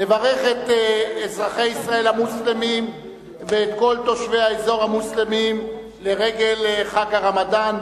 את אזרחי ישראל המוסלמים ואת כל תושבי האזור המוסלמים לרגל חג הרמדאן.